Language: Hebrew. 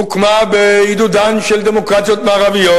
הוקמה בעידודן של דמוקרטיות מערביות,